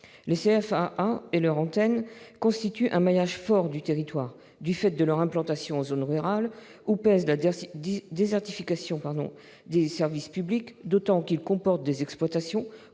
Les CFAA et leurs antennes constituent un maillage fort du territoire, du fait de leur implantation en zones rurales, où pèse la désertification des services publics, d'autant qu'ils comportent des exploitations